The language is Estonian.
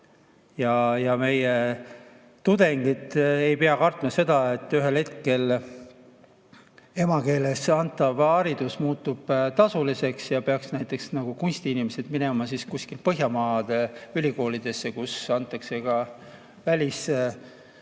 Ja meie tudengid ei pea kartma seda, et ühel hetkel emakeeles antav haridus muutub tasuliseks ja näiteks kunstiinimesed peaksid minema kuskile Põhjamaade ülikoolidesse, kus antakse ka